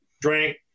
drank